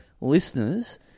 listeners